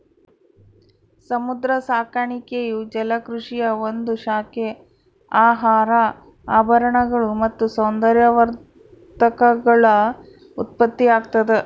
ಸಮುದ್ರ ಸಾಕಾಣಿಕೆಯು ಜಲಕೃಷಿಯ ಒಂದು ಶಾಖೆ ಆಹಾರ ಆಭರಣಗಳು ಮತ್ತು ಸೌಂದರ್ಯವರ್ಧಕಗಳ ಉತ್ಪತ್ತಿಯಾಗ್ತದ